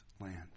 land